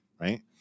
right